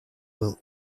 will